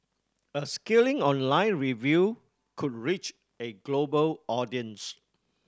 a scathing online review could reach a global audience